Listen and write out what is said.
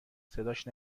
صداش